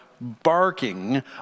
barking